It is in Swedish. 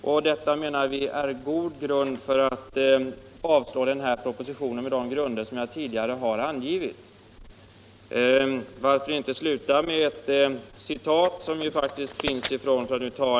På denna och tidigare angivna grunder menar vi att det finns god anledning att avslå propositionen.